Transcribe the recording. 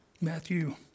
Matthew